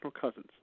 cousins